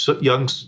young